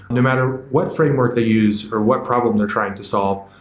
no matter what framework they use or what problem they're trying to solve,